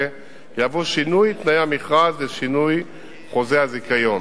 יהוו שינוי תנאי המכרז ושינוי חוזה הזיכיון.